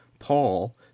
paul